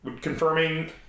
confirming